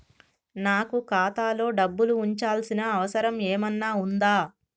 నాకు ఖాతాలో డబ్బులు ఉంచాల్సిన అవసరం ఏమన్నా ఉందా?